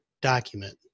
document